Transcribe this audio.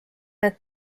need